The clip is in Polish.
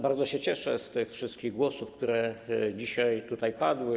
Bardzo się cieszę z tych wszystkich głosów, które dzisiaj tutaj padły.